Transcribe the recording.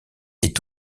est